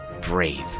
brave